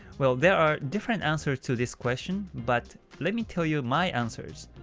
well, there are different answers to this question but let me tell you my answers.